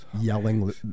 yelling